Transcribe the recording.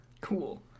Cool